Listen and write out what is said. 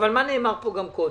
אבל מה נאמר פה גם קודם.